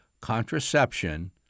contraception